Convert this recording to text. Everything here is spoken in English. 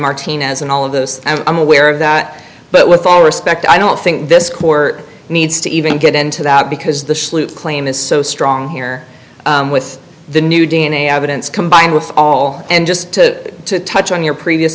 martinez and all of those i'm aware of that but with all respect i don't think this court needs to even get into that because the sloop claim is so strong here with the new d n a evidence combined with all and just to touch on your previous